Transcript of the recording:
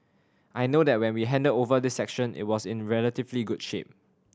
I know that when we handed over this section it was in relatively good shape